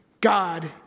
God